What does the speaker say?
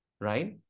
right